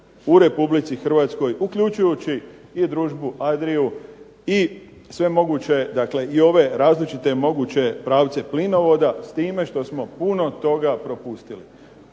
u Republici Hrvatskoj, uključujući i Družbu Adriu i sve moguće, dakle i ove različite moguće pravce plinovoda s time što smo puno toga propustili.